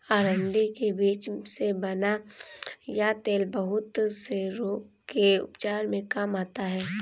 अरंडी के बीज से बना यह तेल बहुत से रोग के उपचार में काम आता है